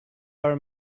our